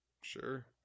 Sure